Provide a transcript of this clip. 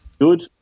Good